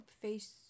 Face